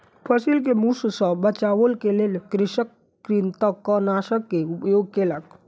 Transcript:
फसिल के मूस सॅ बचाबअ के लेल कृषक कृंतकनाशक के उपयोग केलक